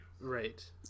Right